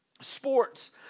sports